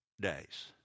days